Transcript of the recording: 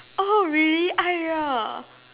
oh really Ai-Re